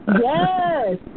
Yes